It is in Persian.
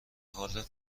حال